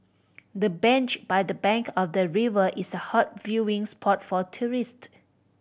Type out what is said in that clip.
the bench by the bank of the river is a hot viewing spot for tourist